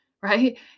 right